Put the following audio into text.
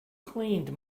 cleaned